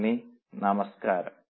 നന്ദി നമസ്കാരം